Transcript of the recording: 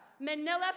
Manila